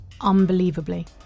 unbelievably